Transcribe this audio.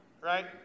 right